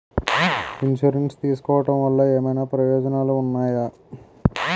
Insurance తీసుకోవటం వల్ల ఏమైనా ప్రయోజనాలు ఉన్నాయా?